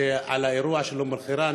על האירוע של אום אלחיראן,